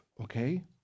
okay